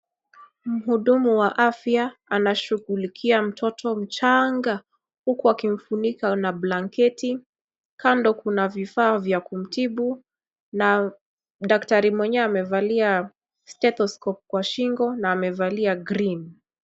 Mhudumu wa afya anashugulika mtoto mchanga huku akimfunika na blanketi kando kuna vifaa vya kumtibu na daktari mwenyewe amevalia stethoscope kwa shingo na amevalia green .